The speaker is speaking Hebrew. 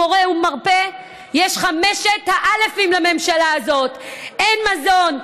מורה ומרפא יש חמשת האל"פים לממשלה הזאת: אין מזון,